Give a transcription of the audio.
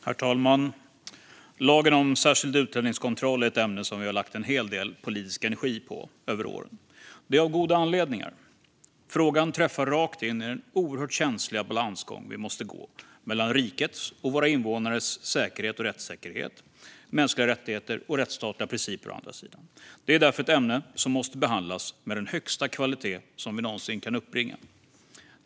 Herr talman! Lagen om särskild utlänningskontroll är ett ämne som vi har lagt en hel del politisk energi på över åren, och det finns goda anledningar till det. Frågan träffar rakt in i den oerhört känsliga balansgång vi måste gå mellan rikets och våra invånares säkerhet och rättssäkerhet, mänskliga rättigheter och rättsstatliga principer. Detta är därför ett ämne som måste behandlas med den högsta kvalitet som vi någonsin kan uppbringa.